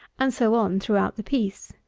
and so on throughout the piece.